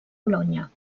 bolonya